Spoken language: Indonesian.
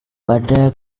pada